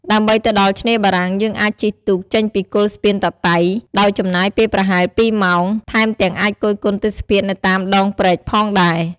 ដើម្បីទៅដល់ឆ្នេរបារាំងយើងអាចជិះទូកចេញពីគល់ស្ពានតាតៃ ដោយចំណាយពេលប្រហែល២ម៉ោង ថែមទាំងអាចគយគន់ទេសភាពនៅតាមដងព្រែកផងដែរ។